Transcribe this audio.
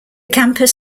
campus